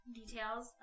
details